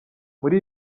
muri